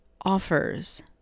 offers